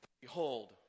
Behold